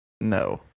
No